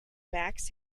max